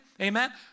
Amen